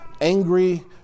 angry